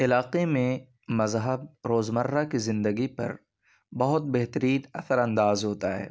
علاقے میں مذہب روز مرہ کی زندگی پر بہت بہتریت اثر انداز ہوتا ہے